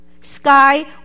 Sky